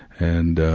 and